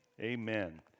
Amen